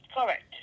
Correct